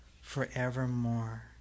forevermore